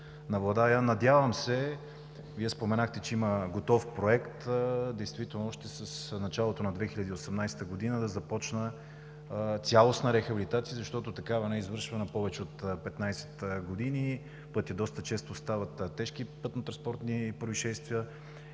Надявам се – Вие споменахте, че има готов проект – действително още в началото на 2018 г. да започне цялостна рехабилитация, защото такава не е извършвана повече от 15 години. На пътя доста често стават тежки пътнотранспортни произшествия.